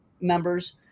members